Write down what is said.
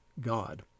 God